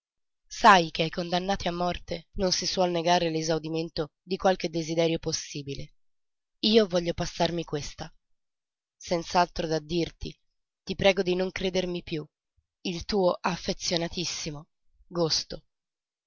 sai che ai condannati a morte non si suol negare l'esaudimento di qualche desiderio possibile io voglio passarmi questa senz'altro da dirti ti prego di non credermi piú il tuo